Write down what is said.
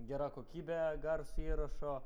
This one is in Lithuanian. gera kokybė garso įrašo